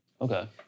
Okay